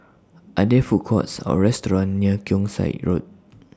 Are There Food Courts Or restaurants near Keong Saik Road